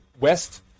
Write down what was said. West